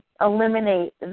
eliminate